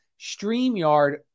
StreamYard